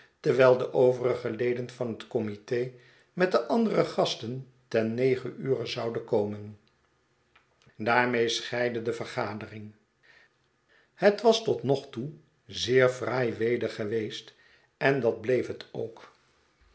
terwijl de overige leden van het committe met de andere gasten ten negen ure zouden komen daarmede scheidde de vergadering het was tot nog toe zeer fraai weder geweest en dat bleef het ook